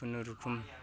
खुनुरुखुम